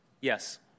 Yes